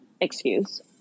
excuse